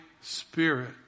Spirit